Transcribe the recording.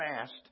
fast